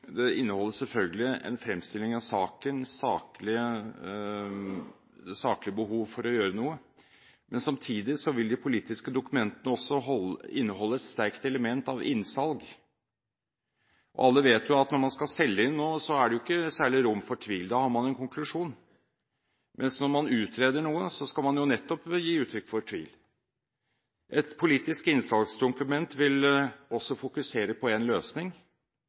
inneholder selvfølgelig en fremstilling av saken, saklige behov for å gjøre noe, men samtidig vil de politiske dokumentene også inneholde et sterkt element av innsalg. Alle vet jo at når man skal selge inn noe, er det ikke særlig rom for tvil. Da har man en konklusjon. Men når man utreder noe, skal man nettopp gi uttrykk for tvil. Et politisk innsalgsdokument vil også fokusere på én løsning,